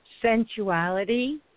sensuality